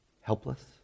helpless